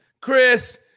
Chris